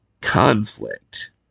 conflict